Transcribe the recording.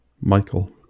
Michael